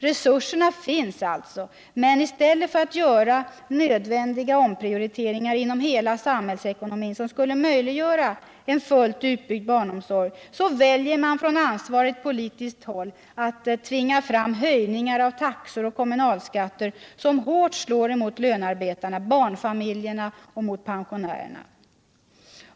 Resurserna finns alltså, men i stället för att göra nödvändiga omprioriteringar inom hela samhällsekonomin vilka skulle möjliggöra en fullt utbyggd barnomsorg väljer man på ansvarigt politiskt håll att tvinga fram höjningar av taxor och kommunalskatter som hårt slår mot lönearbetarna, barnfamiljerna och pensionärerna.